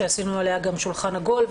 שעשינו עליה שולחן עגול,